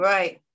Right